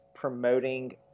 promoting